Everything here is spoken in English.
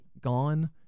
gone